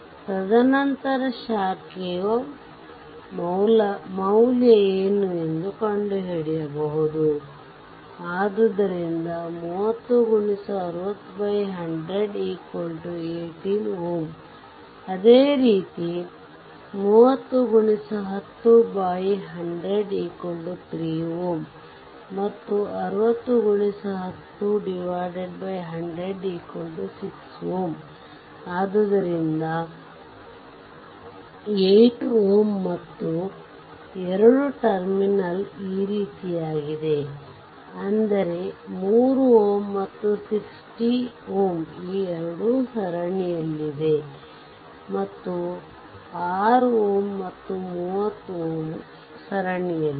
ತದನಂತರ ಶಾಕೆಯ ಮೌಲ್ಯ ಏನು ಎಂದು ಕಂಡುಹಿಡಿಯಬಹುದು ಆದ್ದರಿಂದ 30x6010018 Ω ಅದೇ ರೀತಿ 30x101003 Ω ಮತ್ತು 60x10100 6 Ω ಆದ್ದರಿಂದ 18Ω ಮತ್ತು 2 ಟರ್ಮಿನಲ್ ಈ ರೀತಿಯಾಗಿದೆ ಅಂದರೆ 3 Ω ಮತ್ತು 60 Ω ಈ ಎರಡು ಸರಣಿಯಲ್ಲಿವೆ ಮತ್ತು 6 Ω ಮತ್ತು 30 Ω ಅವು ಸರಣಿಯಲ್ಲಿವೆ